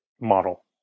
model